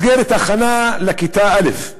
מסגרת הכנה לכיתה א'